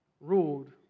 ruled